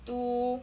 to